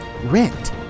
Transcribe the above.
Rent